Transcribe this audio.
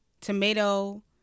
tomato